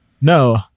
no